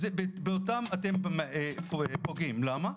באותם מגזרים אתם פוגעים ולמה?